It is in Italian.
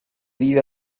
vive